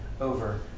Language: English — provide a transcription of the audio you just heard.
over